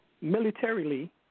militarily